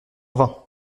vin